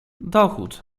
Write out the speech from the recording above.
dochód